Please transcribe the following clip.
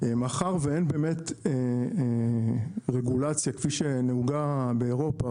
מאחר ואין באמת רגולציה כפי שנהוגה באירופה,